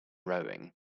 rowing